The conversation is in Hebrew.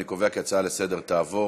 ואני קובע כי ההצעה לסדר-היום תעבור